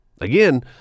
Again